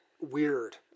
weird